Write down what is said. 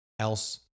else